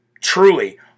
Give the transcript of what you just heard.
truly